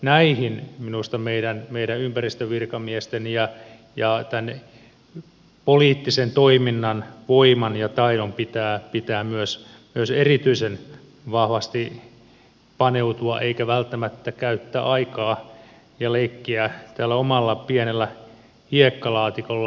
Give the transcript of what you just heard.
näihin minusta meidän ympäristövirkamiesten ja tämän poliittisen toiminnan voiman ja taidon pitää myös erityisen vahvasti paneutua eikä välttämättä käyttää aikaa ja leikkiä tällä omalla pienellä hiekkalaatikolla